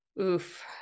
Oof